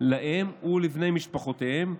להם ולבני משפחותיהם,